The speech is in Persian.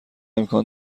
امکان